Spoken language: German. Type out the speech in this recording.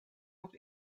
noch